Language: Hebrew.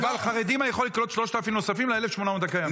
אבל חרדים אני יכול לקלוט 3,000 נוספים ל-1,800 הקיימים.